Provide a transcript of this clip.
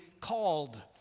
called